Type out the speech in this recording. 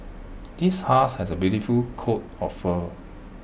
this husky has A beautiful coat of fur